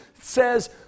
says